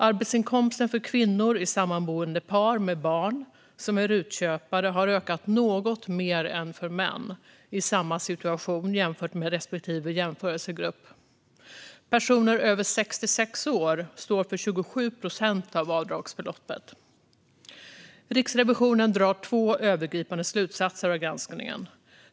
Arbetsinkomsten för RUT-köpande sammanboende kvinnor med barn har ökat något mer än för män i samma situation jämfört med respektive jämförelsegrupp. Personer över 66 år står för 27 procent av avdragsbeloppet. Riksrevisionen drar två övergripande slutsatser av granskningen.